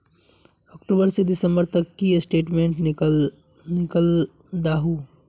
अक्टूबर से दिसंबर तक की स्टेटमेंट निकल दाहू?